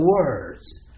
words